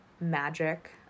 magic